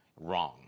wrong